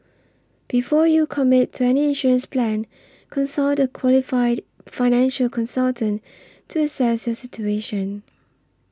before you commit to any insurance plan consult a qualified financial consultant to assess your situation